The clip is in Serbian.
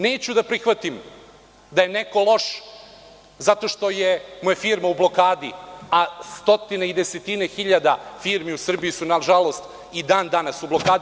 Neću da prihvatim da je neko loš zato što mu je firma u blokadi, a stotine i desetine hiljada firmi u Srbiji su, nažalost, i dan danas u blokadi.